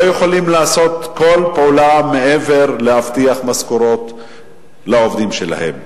לא יכולים לעשות כל פעולה מעבר להבטיח משכורות לעובדים שלהם.